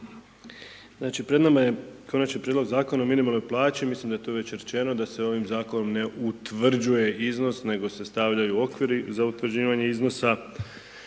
Znači pred nama je Konačni prijedlog Zakona o minimalnoj plaći, mislim da je to već rečeno, da se ovim Zakonom ne utvrđuje iznos nego se stavljaju okviri za utvrđivanje iznosa,